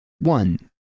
one